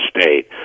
State